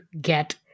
get